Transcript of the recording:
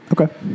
okay